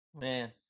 Man